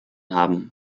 haben